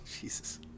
Jesus